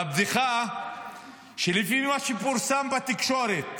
הבדיחה היא שלפי מה שפורסם בתקשורת,